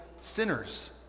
sinners